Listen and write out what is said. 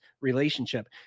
relationship